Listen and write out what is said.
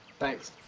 thanks,